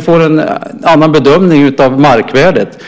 får en annan bedömning av markvärdet.